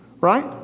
Right